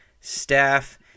staff